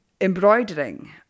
embroidering